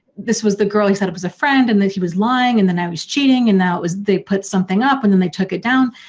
this was the girl he said was a friend and then he was lying and then i was cheating and that was. they put something up and then they took it down,